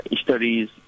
studies